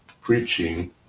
preaching